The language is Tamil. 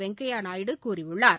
வெங்கய்யா நாயுடு கூறியுள்ளார்